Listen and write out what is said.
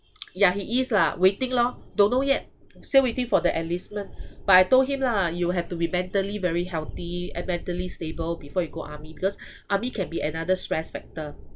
ya he is lah waiting lor don't know yet still waiting for the enlistment but I told him lah you have to be mentally very healthy and mentally stable before you go army because army can be another stress factor